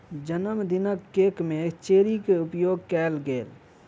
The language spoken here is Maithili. जनमदिनक केक में चेरी के उपयोग कएल गेल